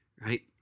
right